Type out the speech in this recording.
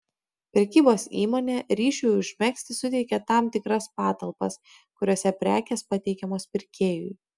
prekybos įmonė ryšiui užmegzti suteikia tam tikras patalpas kuriose prekės pateikiamos pirkėjui